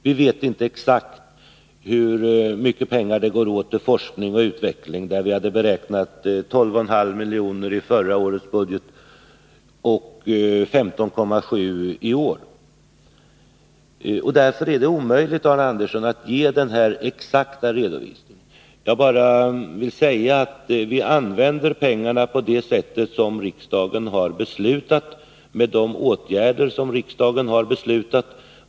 Vi vet inte exakt hur mycket pengar som går åt till forskning och utveckling, där vi i förra årets budget beräknade 12,5 milj.kr. och där vi i år beräknar 15,7 milj.kr. Därför är det omöjligt att ge den här exakta redovisningen. Vi använder pengarna på det sätt som riksdagen har beslutat. Vi vidtar de åtgärder som riksdagen har beslutat.